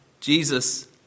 Jesus